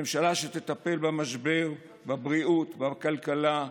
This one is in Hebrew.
ממשלה שתטפל במשבר בבריאות, בכלכלה,